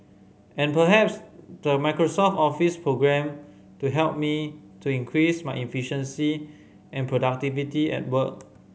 and perhaps the Microsoft Office programme to help me to increase my efficiency and productivity at work